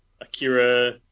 Akira